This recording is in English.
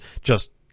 just-